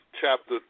chapter